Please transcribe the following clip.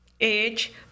age